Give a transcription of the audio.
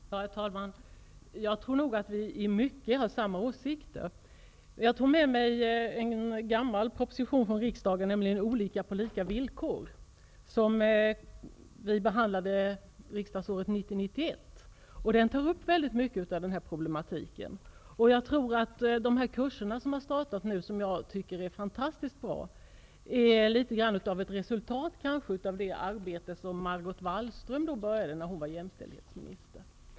Herr talman! Jag tror nog att vi i stort sett har samma åsikter. Jag har tagit med mig en tidigare avlämnad proposition kallad Olika på lika villkor, vilken behandlades riksdagsåret 1990/91. I propositionen togs mycket av den här problematiken upp. Kurserna som nu har startat -- vilket jag tycker är fantastiskt bra -- är kanske till en del ett resultat av det arbete som Margot Wallström påbörjade när hon var jämställdhetsminister.